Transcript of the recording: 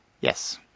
Yes